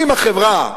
אם החברה,